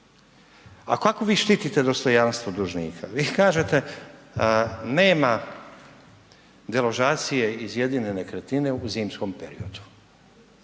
A kako vi štitite dostojanstvo dužnika? Vi kažete nema deložacije iz jedine nekretnine u zimskom periodu.